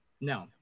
No